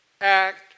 act